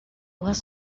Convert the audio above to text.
was